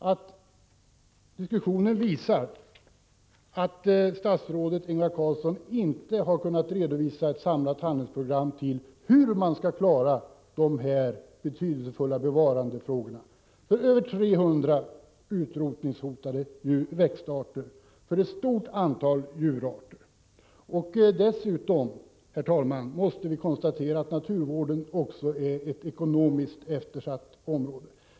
Av diskussionen framgår att statsrådet Ingvar Carlsson inte kan redovisa ett samlat handlingsprogram för hur man skall klara de betydelsefulla frågorna om bevarande av över 300 utrotningshotade växtarter och ett stort antal djurarter. Dessutom måste vi, herr talman, konstatera att naturvården också ekonomiskt sett är ett eftersatt område.